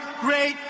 great